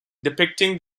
depicting